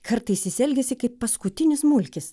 kartais jis elgiasi kaip paskutinis mulkis